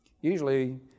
Usually